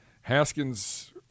Haskins